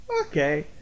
okay